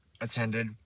attended